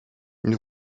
nous